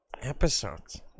episodes